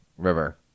River